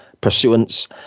pursuance